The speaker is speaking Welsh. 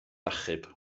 achub